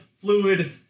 Fluid